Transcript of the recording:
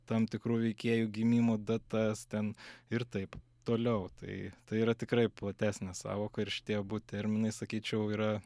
tam tikrų veikėjų gimimo datas ten ir taip toliau tai yra tikrai platesnė sąvoka ir šitie abu terminai sakyčiau yra